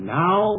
now